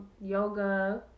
yoga